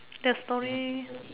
that story